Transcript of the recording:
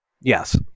Yes